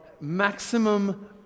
maximum